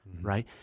right